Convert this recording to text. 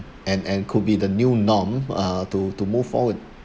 and and could be the new norm uh to to move forward